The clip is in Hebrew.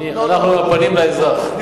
אנחנו פונים לאזרח.